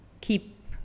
keep